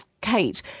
Kate